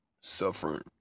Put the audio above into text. Suffering